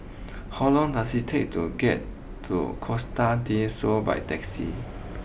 how long does it take to get to Costa Del Sol by taxi